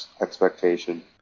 expectation